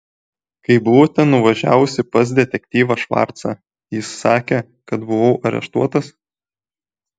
kai buvote nuvažiavusi pas detektyvą švarcą jis sakė kad buvau areštuotas